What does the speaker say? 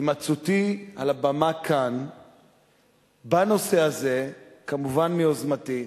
הימצאותי על הבמה כאן בנושא הזה, כמובן, מיוזמתי,